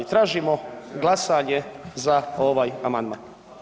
I tražimo glasanje za ovaj amandman.